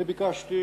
אני ביקשתי